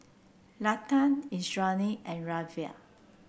Lata Indranee and Ramdev